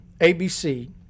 ABC